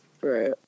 Right